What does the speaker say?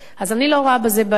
אז אני לא רואה בזה בעיה.